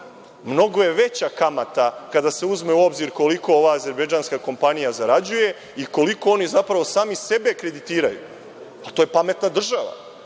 Mnogo je veća kamata kada se uzme u obzir koliko ova azerbejdžanksa kompanija zarađuje i koliko oni zapravo sami sebe kreditiraju. To je pametna država.